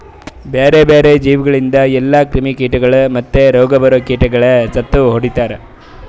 ಬ್ಯಾರೆ ಬ್ಯಾರೆ ಜೀವಿಗೊಳಿಂದ್ ಎಲ್ಲಾ ಕ್ರಿಮಿ ಕೀಟಗೊಳ್ ಮತ್ತ್ ರೋಗ ಬರೋ ಕೀಟಗೊಳಿಗ್ ಸತ್ತು ಹೊಡಿತಾರ್